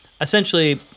essentially